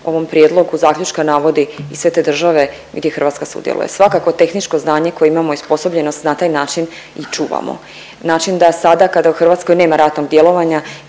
ovom prijedlogu zaključka i sve te države gdje Hrvatska sudjeluje. Svakako tehničko znanje koje imamo i osposobljenost na taj način i čuvamo, način da sada kada u Hrvatskoj nema ratnog djelovanja,